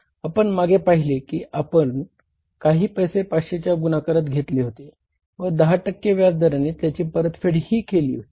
आपण मागे पहिले आहे की आपण काही पैसे 500 च्या गुणाकारात घेतले होते व 10 टक्के व्याजदराने त्याची परतफेड ही केली होती